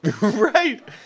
right